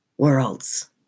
Worlds